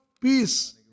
Peace